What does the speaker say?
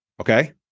Okay